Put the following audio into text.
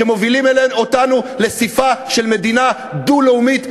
שמובילים אותנו לספה של מדינה דו-לאומית,